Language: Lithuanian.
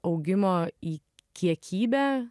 augimo į kiekybę